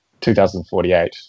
2048